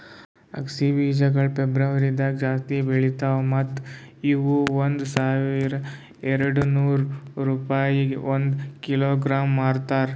ಅಗಸಿ ಬೀಜಗೊಳ್ ಫೆಬ್ರುವರಿದಾಗ್ ಜಾಸ್ತಿ ಬೆಳಿತಾವ್ ಮತ್ತ ಇವು ಒಂದ್ ಸಾವಿರ ಎರಡನೂರು ರೂಪಾಯಿಗ್ ಒಂದ್ ಕಿಲೋಗ್ರಾಂಗೆ ಮಾರ್ತಾರ